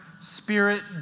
Spirit